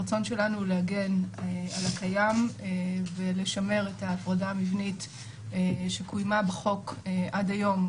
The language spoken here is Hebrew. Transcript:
הרצון שלנו להגן על הקיים ולשמר את ההפרדה המבנית שקוימה בחוק עד היום,